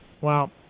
Wow